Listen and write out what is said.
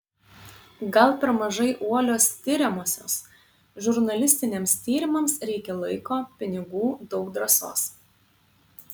gal per mažai uolios tiriamosios žurnalistiniams tyrimams reikia laiko pinigų daug drąsos